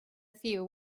few